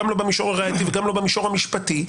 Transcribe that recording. גם לא במישור הראייתי וגם לא במישור המשפטי,